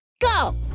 go